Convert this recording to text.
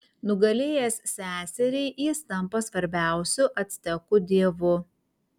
nugalėjęs seserį jis tampa svarbiausiu actekų dievu